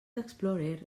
explorer